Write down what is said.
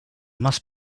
must